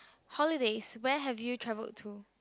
holidays where have you traveled to